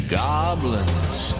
goblins